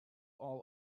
all